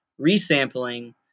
resampling